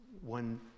One